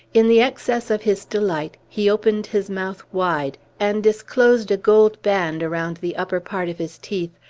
in the excess of his delight, he opened his mouth wide, and disclosed a gold band around the upper part of his teeth,